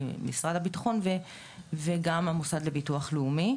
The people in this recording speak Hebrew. משרד הביטחון וגם המוסד לביטוח לאומי.